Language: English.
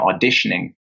auditioning